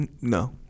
No